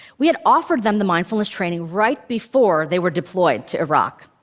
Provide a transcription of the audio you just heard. we had offered them the mindfulness training right before they were deployed to iraq.